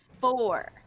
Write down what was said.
four